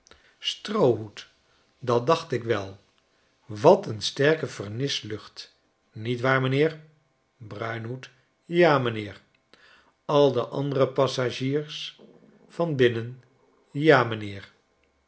stroohoed dat dacht ik wel wat n sterke vernislucht niet waar m'nheer bruinhoed ja m'nheer al de andere passagiert van binnen ja m'nheer